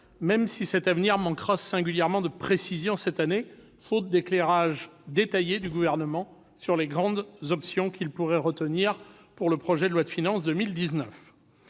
même si celui-ci manque singulièrement de précision cette année, faute d'éclairages détaillés du Gouvernement sur les grandes options qu'il pourrait retenir pour le projet de loi de finances pour